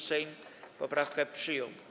Sejm poprawkę przyjął.